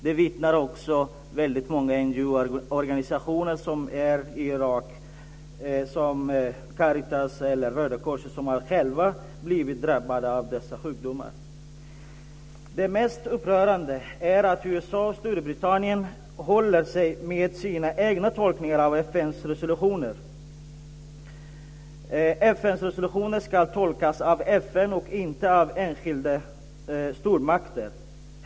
Det vittnar också väldigt många frivilligorganisationer som är i Irak om, t.ex. Caritas och Röda korset, som själva har blivit drabbade av dessa sjukdomar. Det mest upprörande är att USA och Storbritannien håller sig med sina egna tolkningar av FN:s resolutioner. FN:s resolutioner ska tolkas av FN och inte av enskilda stormakter.